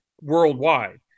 worldwide